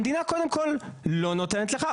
המדינה קודם כל לא נותנת לך.